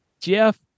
Jeff